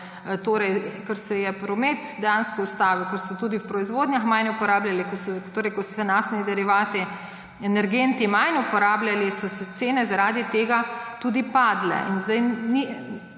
lockdown, ker se je promet dejansko ustavil, ker so tudi v proizvodnji manj uporabljali, ko so se naftni derivati, energenti manj uporabljali, so cene zaradi tega tudi padle. In zdaj